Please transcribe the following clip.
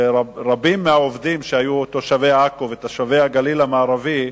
שרבים מעובדיו שהיו תושבי עכו ותושבי הגליל המערבי,